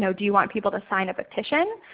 so do you want people to sign a petition?